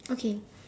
okay